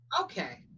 Okay